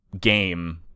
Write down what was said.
game